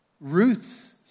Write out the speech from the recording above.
Ruth's